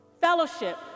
fellowship